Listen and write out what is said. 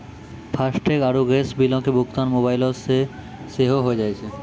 FASTag आरु gas बिलो के भुगतान मोबाइलो से सेहो होय जाय छै